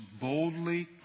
boldly